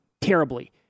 terribly